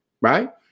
right